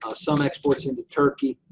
ah some exports into turkey,